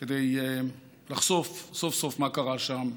כדי לחשוף סוף-סוף מה קרה שם.